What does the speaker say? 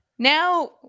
Now